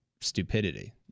stupidity